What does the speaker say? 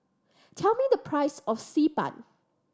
tell me the price of Xi Ban